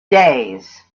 days